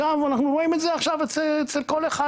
אגב אנחנו רואים את זה עכשיו אצל כל אחד